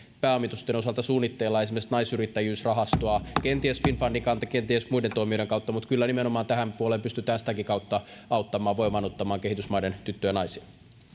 pääomitusten osalta suunnitteilla toimia esimerkiksi naisyrittäjyysrahastoa kenties finnfundin kanssa kenties muiden toimijoiden kautta kyllä nimenomaan tällä puolella pystytään sitäkin kautta auttamaan voimaannuttamaan kehitysmaiden tyttöjä ja naisia